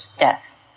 Yes